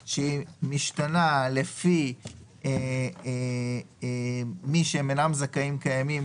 שמשתנה לפי מי שהם אינם זכאים קיימים.